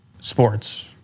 sports